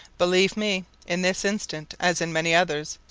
believe me, in this instance, as in many others,